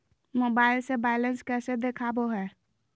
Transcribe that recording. Mobile से balance कैसे देखाबो है?